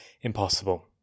impossible